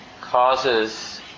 causes